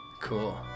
Cool